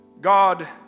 God